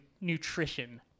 nutrition